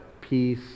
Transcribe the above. peace